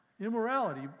Immorality